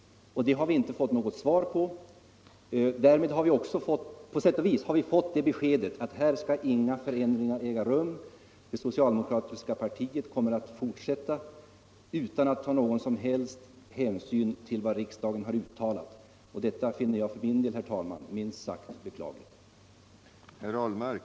Den frågan har vi inte fått något svar på. På sätt och vis har vi fått det beskedet att här skall inga förändringar äga rum; det socialdemokratiska partiet kommer att fortsätta med kollektiv anslutning utan att ta någon som helst hänsyn till vad riksdagen har uttalat. Detta finner jag för min del, herr talman, minst sagt beklagligt.